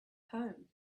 home